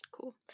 Cool